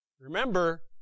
Remember